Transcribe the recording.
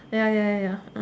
ya ya ya ya